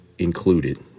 Included